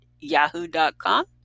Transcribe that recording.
yahoo.com